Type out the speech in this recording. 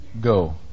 Go